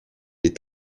est